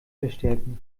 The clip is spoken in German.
verstärken